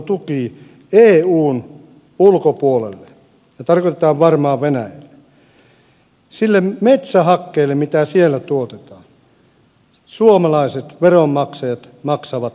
sähköntuotantotuki eun ulkopuolelle tarkoitetaan varmaan venäjää sille metsähakkeelle mitä siellä tuotetaan suomalaiset veronmaksajat maksavat tukea